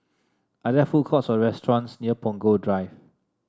are there food courts or restaurants near Punggol Drive